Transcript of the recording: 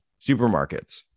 supermarkets